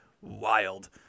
wild